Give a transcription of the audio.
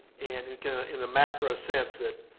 and in a macro sense that,